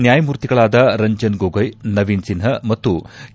ನ್ಯಾಯಮೂರ್ತಿಗಳಾದ ರಂಜನ್ ಗೊಗೊಯ ನವೀನ್ ಸಿನ್ನ ಮತ್ತು ಕೆ